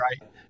right